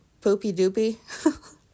poopy-doopy